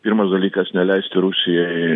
pirmas dalykas neleisti rusijai